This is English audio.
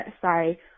sorry